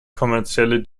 kommerzielle